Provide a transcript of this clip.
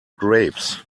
grapes